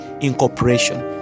incorporation